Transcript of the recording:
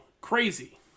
crazy